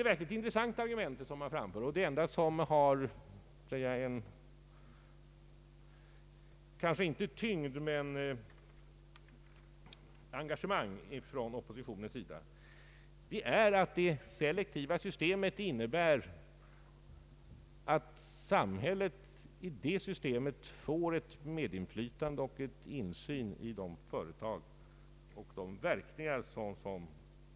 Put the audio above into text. Ett verkligt intressant argument som förts fram och som kanske inte har någon tyngd men väl engagemang från oppositionens sida är att det selektiva systemet innebär att samhället genom detta system får medinflytande och insyn i de företag och de verkningar